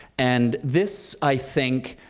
and this, i think,